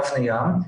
יבנה-ים.